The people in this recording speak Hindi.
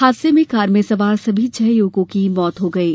हादसे में कार में सवार सभी छह युवाओं की मौत हो गयी